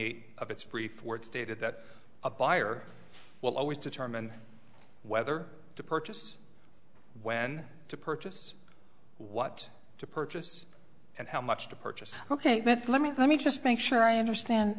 eight of its brief words stated that a buyer will always determine whether to purchase when to purchase what to purchase and how much to purchase ok let me let me just make sure i understand